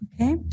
Okay